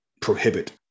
prohibit